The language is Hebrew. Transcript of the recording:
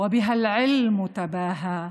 ובה האומנות התממשה והמדע מתגאה בה.